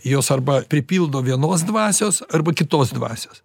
jos arba pripildo vienos dvasios arba kitos dvasios